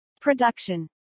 Production